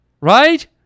Right